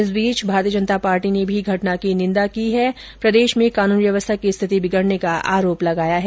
इस बीच भारतीय जनता पार्टी ने घटना की निन्दा करते हुए प्रदेश में कानून व्यवस्था की स्थिति बिगड़ने का आरोप लगाया है